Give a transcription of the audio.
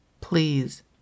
please